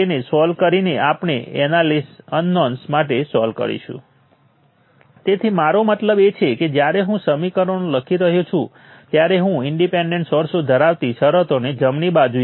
તેથી આપણે ફરીથી આ બધા માટે તે કરીશું આ કેસ માટે તે નજીવું છે પરંતુ હું તમને જે કહી રહ્યો છું તે સર્કિટના સંપૂર્ણ ઉકેલને વ્યવસ્થિત રીતે જનરેટ કરવાની રીત છે